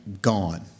Gone